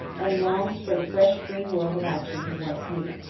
and longs for the fresh green world of action he once knew.